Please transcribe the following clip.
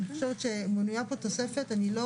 זאת אומרת, אני רק